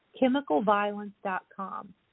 chemicalviolence.com